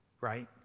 right